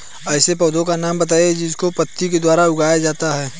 ऐसे पौधे का नाम बताइए जिसको पत्ती के द्वारा उगाया जाता है